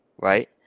right